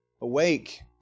Awake